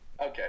Okay